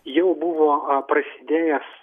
jau buvo a prasidėjęs